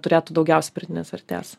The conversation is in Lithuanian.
turėtų daugiausiai pridėtinės vertės